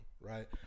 right